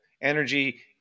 energy